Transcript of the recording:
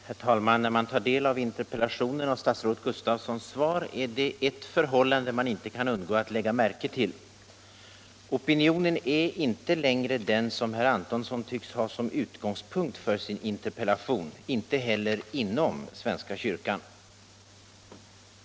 Herr talman! När man tar del av interpellationen och statsrådet Gustafssons svar till herr Antonsson är det ett förhållande som man inte kan undgå att lägga märke till. Opinionen är inte längre den som herr Antonsson tycks ha som utgångspunkt för sin interpellation, inte heller inom svenska kyrkan.